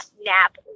nap